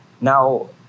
Now